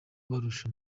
barusha